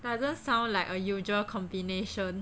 doesn't sound like a usual combination